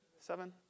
Seven